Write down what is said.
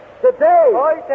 Today